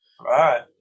right